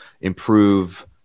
improve